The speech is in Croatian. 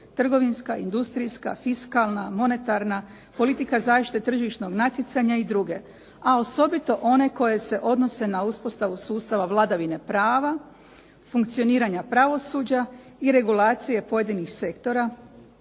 Trgovinska, industrijska, fiskalna, monetarna, politika zaštite tržišnog natjecanja i dr., a osobito one koje se odnose na uspostavu sustava vladavine prava, funkcioniranja pravosuđa i regulacije pojedinih sektora